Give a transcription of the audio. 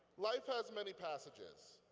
life has many passages.